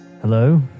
Hello